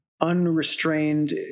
unrestrained